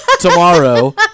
tomorrow